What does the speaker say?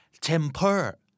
temper